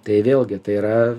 tai vėlgi tai yra